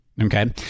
Okay